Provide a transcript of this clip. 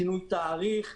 שינוי תאריך,